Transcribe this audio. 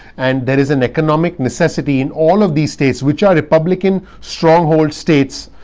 and there is an economic necessity in all of these states, which are republican stronghold states,